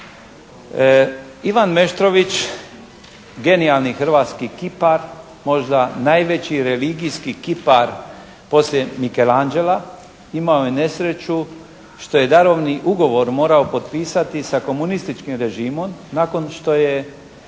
Ivan Meštrović genijalni hrvatski kipar, možda najveći religijski kipar poslije Michelangela imao je nesreću što je darovni ugovor morao potpisati sa komunističkim režimom nakon što je